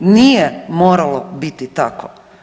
Nije moralo biti tako.